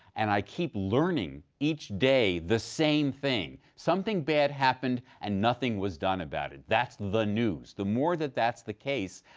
and i keep learning each day the same thing, something bad happened and nothing was done about it, that's the news. the more that that's the case,